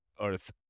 earth